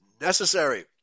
necessary